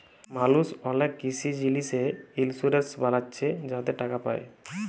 মালুস অলেক কিসি জিলিসে ইলসুরেলস বালাচ্ছে যাতে টাকা পায়